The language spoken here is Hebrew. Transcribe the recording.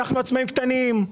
שהם עצמאים קטנים.